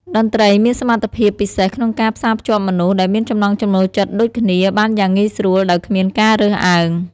តន្ត្រីមានសមត្ថភាពពិសេសក្នុងការផ្សារភ្ជាប់មនុស្សដែលមានចំណង់ចំណូលចិត្តដូចគ្នាបានយ៉ាងងាយស្រួលដោយគ្មានការរើសអើង។